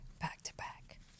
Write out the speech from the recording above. back-to-back